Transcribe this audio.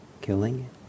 killing